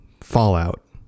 Fallout